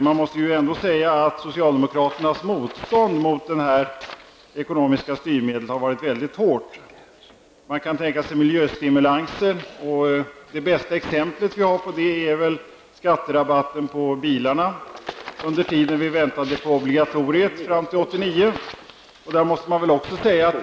Men det måste ändå sägas att socialdemokraternas motstånd mot detta ekonomiska styrmedel har varit mycket hårt. Man kan vidare tänka sig miljöstimulanser. Det bästa exempel vi har på detta är väl den skatterabatt vi hade för bilar fram till år 1989 under den tid vi väntade på obligatoriet.